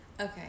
okay